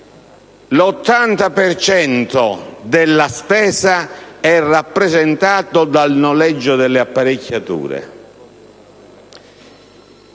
L'80 per cento della spesa è rappresentato dal noleggio delle apparecchiature.